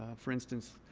for instance,